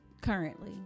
Currently